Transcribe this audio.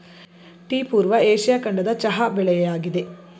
tea ಪೂರ್ವ Asia ಖಂಡದ ಚಹಾ ಬೆಳೆಯಾಗಿದೆ